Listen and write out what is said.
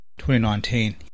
2019